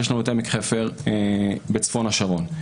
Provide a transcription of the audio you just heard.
ועמק חפר בצפון השרון.